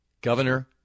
Governor